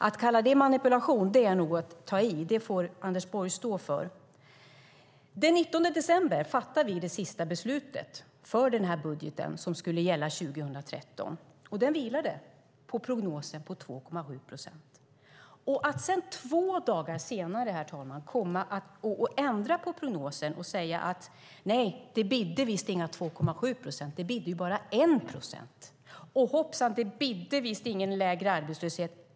Att kalla det manipulation är nog att ta i. Det får Anders Borg stå för. Den 19 december fattade vi det sista beslutet för den här budgeten, som skulle gälla 2013. Den vilade på prognosen att det skulle vara 2,7 procent. Två dagar senare, herr talman, kommer man och ändrar på prognosen och säger: Nej, det bidde visst inga 2,7 procent. Det bidde bara 1 procent. Hoppsan, det bidde visst ingen lägre arbetslöshet.